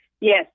Yes